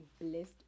blessed